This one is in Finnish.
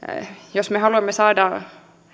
jos me haluamme saada